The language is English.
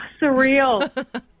surreal